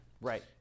right